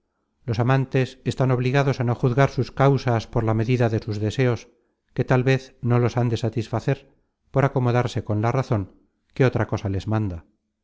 los amantes están obligados á no juzgar sus causas por la medida de sus deseos que tal vez no los han de satisfacer por acomodarse con la razon que otra cosa les manda